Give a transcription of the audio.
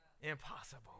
impossible